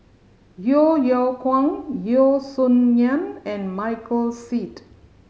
Yeo Yeow Kwang Yeo Song Nian and Michael Seet